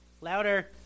Louder